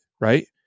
right